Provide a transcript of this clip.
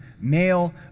male